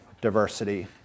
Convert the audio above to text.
diversity